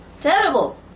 Terrible